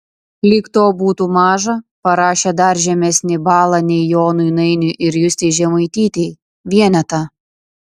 lyg to būtų maža parašė dar žemesnį balą nei jonui nainiui ir justei žemaitytei vienetą